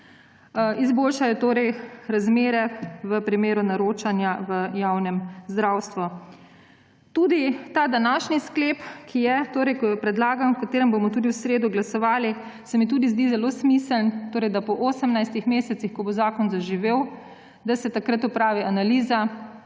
izboljšajo razmere v primeru naročanja v javnem zdravstvu. Tudi ta današnji sklep, ki je predlagan, o katerem bomo tudi v sredo glasovali, se mi tudi zdi zelo smiseln, da se po 18 mesecih, ko bo zakon zaživel, opravi analiza